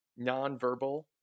nonverbal